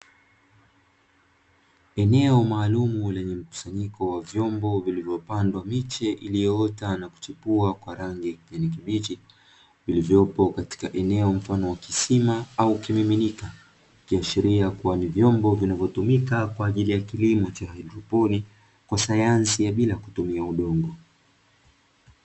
Eneo maalumu lenye mkusanyiko wa vyombo vilivyopangwa miche iliyoota na kuchipua ya rangi ya kijani kibichi, vilivyopo katika eneo mfano wa kisima au kimiminika, kuashiria kuwa ni vyombo vinavyotumika kwa ajili ya kilimo cha haidroponi kwa sayansi ya bila kutumia udongo.